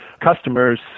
customers